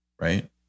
Right